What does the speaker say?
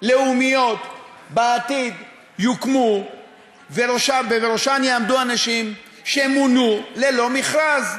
לאומיות שיוקמו בעתיד יעמדו בראשן אנשים שמונו ללא מכרז.